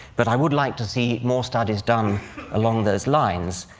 but i would like to see more studies done along those lines.